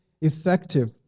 effective